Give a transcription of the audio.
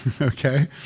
okay